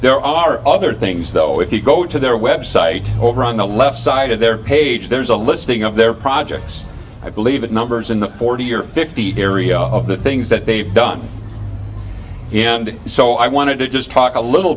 there are other things though if you go to their website over on the left side of their page there's a listing of their projects i believe it numbers in the forty or fifty area of the things that they've done and so i wanted to just talk a little